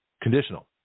Conditional